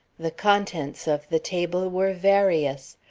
the contents of the table were various.